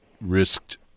risked